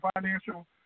financial